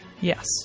Yes